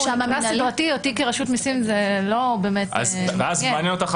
סדרתי במשרד החקלאות זה לא באמת מעניין אותי כרשות המיסים.